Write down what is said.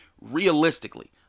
realistically